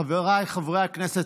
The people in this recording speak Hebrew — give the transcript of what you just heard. חבריי חברי הכנסת,